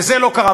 וזה לא קרה.